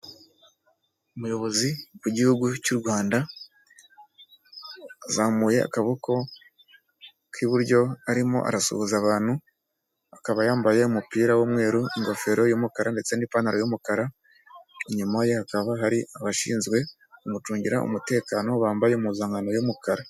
Umuyobozi w'igihugu cy'u Rwanda, azamuye akaboko k'iburyo arimo arasuhuza abantu, akaba yambaye umupira w'umweru, ingofero y'umukara ndetse n'ipantaro y'umukara, inyuma ye hakaba hari abashinzwe kumucungira umutekano, bambaye impuzankano y'umukara.